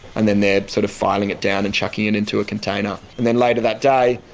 and then they're sort of filing it down and chucking it into a container. and then later that day,